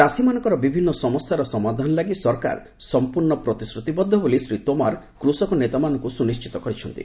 ଚାଷୀମାନଙ୍କର ବିଭିନ୍ନ ସମସ୍ୟାର ସମାଧାନ ଲାଗି ସରକାର ସମ୍ପୂର୍ଣ୍ଣ ପ୍ରତିଶ୍ରତିବଦ୍ଧ ବୋଲି ଶ୍ରୀ ତୋମାର କୃଷକ ନେତାମାନଙ୍କୁ ସୁନିଶ୍ଚିତ କରିଛନ୍ତି